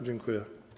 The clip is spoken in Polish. Dziękuję.